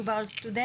מדובר על סטודנטים?